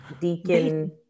Deacon